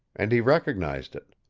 and he recognized it.